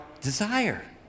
desire